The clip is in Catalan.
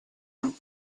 amb